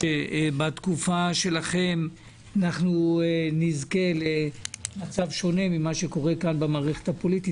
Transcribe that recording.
שבתקופה שלכם נזכה למצב שונה ממה שקורה כאן במערכת הפוליטית.